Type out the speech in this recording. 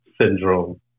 syndrome